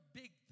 big